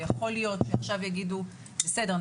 יכול להיות שעכשיו יגידו בסדר,